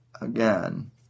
Again